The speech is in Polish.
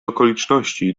okoliczności